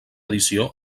edició